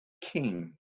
king